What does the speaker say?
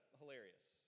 hilarious